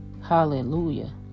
Hallelujah